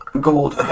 gold